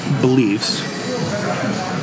beliefs